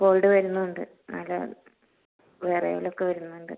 called വരുന്നുണ്ട് നല്ല വെറയലൊക്ക വരുന്നുണ്ട്